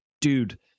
Dude